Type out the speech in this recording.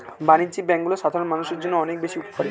বাণিজ্যিক ব্যাংকগুলো সাধারণ মানুষের জন্য অনেক বেশি উপকারী